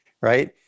right